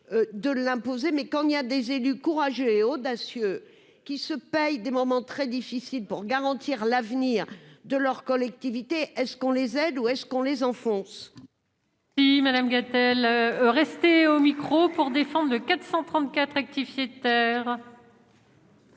de l'imposer mais quand il y a des élus courageux et audacieux qui se payent des moments très difficiles pour garantir l'avenir de leur collectivité est-ce qu'on les aide ou est-ce qu'on les enfonce.